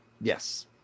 Yes